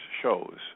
shows